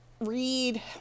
read